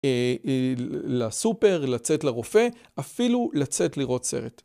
לסופר, לצאת לרופא, אפילו לצאת לראות סרט.